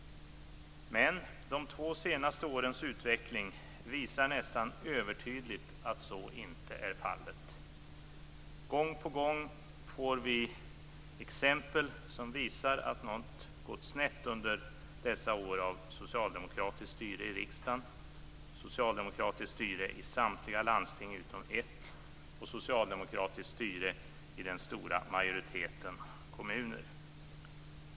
Men de två senaste årens utveckling visar nästan övertydligt att så inte är fallet. Gång på gång ser vi exempel på att något har gått snett under dessa år av socialdemokratiskt styre i riksdagen, av socialdemokratiskt styre i samtliga landsting utom ett och av socialdemokratiskt styre i en stor majoritet av kommunerna.